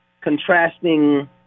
contrasting